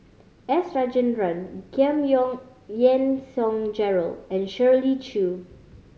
S Rajendran Giam Yean Song Gerald and Shirley Chew